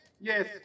yes